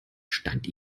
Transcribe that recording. stand